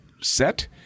set